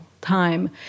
time